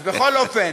אז בכל אופן,